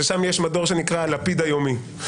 שם יש מדור שנקרא הלפיד היומי.